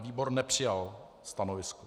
Výbor nepřijal stanovisko.